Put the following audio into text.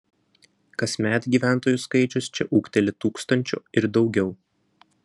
kasmet gyventojų skaičius čia ūgteli tūkstančiu ir daugiau